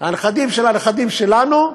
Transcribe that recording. הנכדים של הנכדים שלנו,